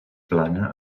plana